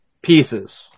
pieces